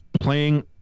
playing